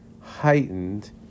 heightened